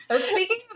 speaking